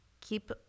keep